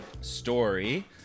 story